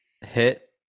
hit